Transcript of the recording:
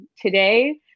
today